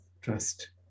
trust